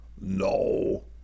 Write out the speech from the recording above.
No